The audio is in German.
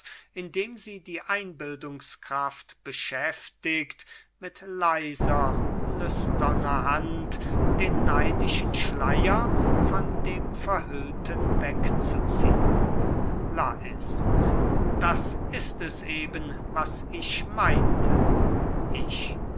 indem sie die einbildungskraft beschäftigt mit leiser lüsterner hand den neidischen schleyer von dem verhüllten wegzuziehen lais das ist es eben was ich meinte ich